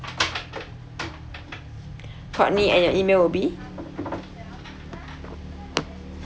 courtney and your email will be